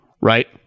right